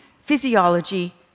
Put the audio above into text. physiology